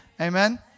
Amen